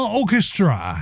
orchestra